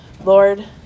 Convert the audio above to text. Lord